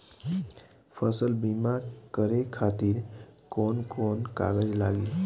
फसल बीमा करे खातिर कवन कवन कागज लागी?